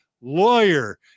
lawyer